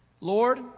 Lord